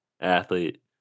athlete